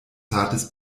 zartes